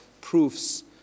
proofs